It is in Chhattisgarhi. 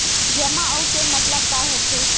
जमा आऊ के मतलब का होथे?